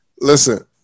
Listen